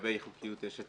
לגבי חוקיות - יש את